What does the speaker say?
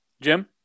Jim